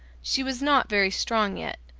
she was not very strong yet,